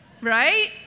Right